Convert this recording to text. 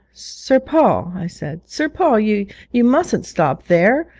sir paul i said sir paul, you you mustn't stop there,